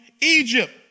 Egypt